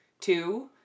two